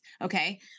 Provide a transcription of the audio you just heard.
Okay